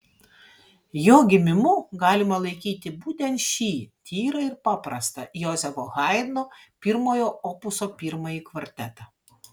jo gimimu galima laikyti būtent šį tyrą ir paprastą jozefo haidno pirmojo opuso pirmąjį kvartetą